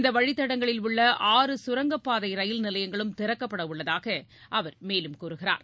இந்த வழித்தடங்களில் உள்ள ஆறு சுரங்கப்பாதை ரயில் நிலையங்களும் திறக்கப்பட உள்ளதாக அவர் மேலும் கூறுகிறார்